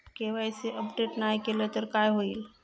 KYC update नाय केलय तर काय होईत?